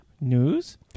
News